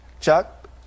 Chuck